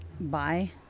Bye